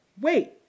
wait